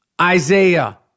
Isaiah